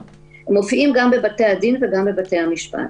מופיעים גם בבתי הדין וגם בבתי המשפט.